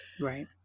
right